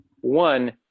one